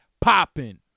popping